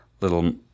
little –